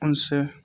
ان سے